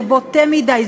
זה בוטה מדי,